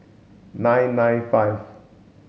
nine nine five